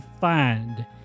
find